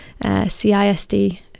CISD